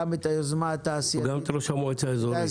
גם את היוזמה התעשייתית --- וגם את ראש המועצה האזורית.